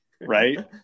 right